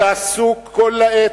אתה עסוק כל העת,